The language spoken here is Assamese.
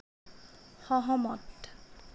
সহমত